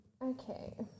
Okay